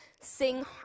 Sing